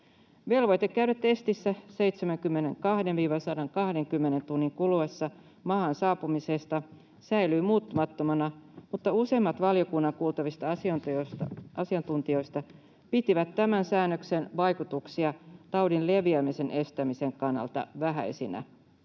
Velvoite käydä testissä 72—120 tunnin kuluessa maahan saapumisesta säilyy muuttumattomana, mutta useimmat valiokunnan kuulemista asiantuntijoista pitivät tämän säännöksen vaikutuksia taudin leviämisen estämisen kannalta vähäisinä,